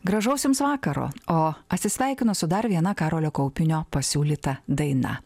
gražaus jums vakaro o atsisveikinu su dar viena karolio kaupinio pasiūlyta daina